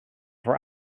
for